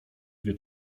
wie